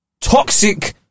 toxic